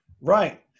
Right